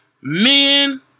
Men